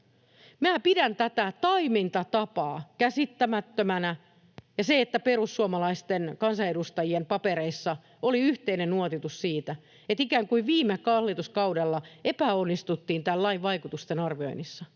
Minä pidän käsittämättömänä tätä toimintatapaa ja sitä, että perussuomalaisten kansanedustajien papereissa oli yhteinen nuotitus siitä, että ikään kuin viime hallituskaudella epäonnistuttiin tämän lain vaikutusten arvioinnissa.